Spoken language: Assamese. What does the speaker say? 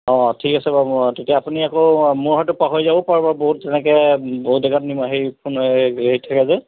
অঁ ঠিক আছে বাৰু মই তেতিয়া আপুনি আকৌ মই হয়তো পাহৰি যাব পাৰোঁ বাৰু বহুত তেনেকৈ বহুত জেগাত নিম হেৰি ফোন আহি থাকে যে